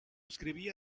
escribía